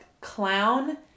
clown